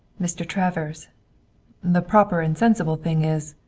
mr. travers the proper and sensible thing is